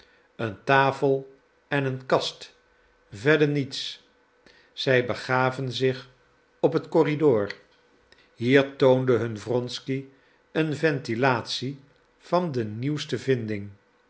een tafel en een kast verder niets zij begaven zich op den corridor hier toonde hun wronsky een ventilatie van de nieuwste vinding